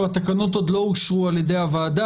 שהתקנות עוד לא אושרו על ידי הוועדה.